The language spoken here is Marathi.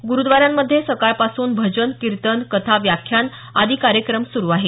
गुरुद्वारांमध्ये सकाळपासून भजन कीर्तन कथा व्याख्यान आदी कार्यक्रम सुरु आहेत